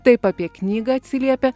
taip apie knygą atsiliepia